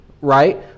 right